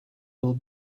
will